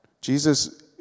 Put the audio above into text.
Jesus